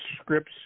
scripts